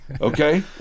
Okay